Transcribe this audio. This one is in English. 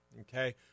Okay